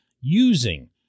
using